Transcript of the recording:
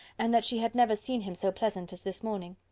and that she had never seen him so pleasant as this morning.